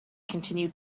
continue